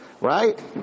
right